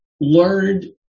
learned